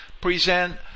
present